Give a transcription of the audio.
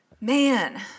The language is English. man